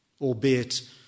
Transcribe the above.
albeit